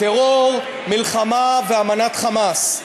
טרור, מלחמה ואמנת "חמאס".